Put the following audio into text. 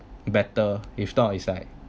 better if not it's like